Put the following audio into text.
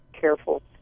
careful